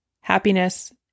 happiness